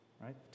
right